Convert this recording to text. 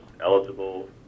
eligible